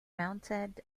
mounted